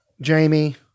Jamie